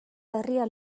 herria